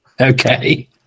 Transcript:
Okay